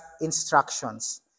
instructions